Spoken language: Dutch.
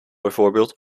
bijvoorbeeld